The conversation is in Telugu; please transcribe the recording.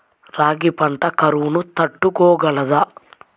రాగి పంట కరువును తట్టుకోగలదా?